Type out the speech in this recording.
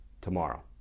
tomorrow